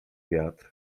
wiatr